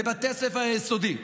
בבתי ספר היסודיים,